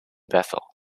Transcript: bethel